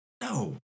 no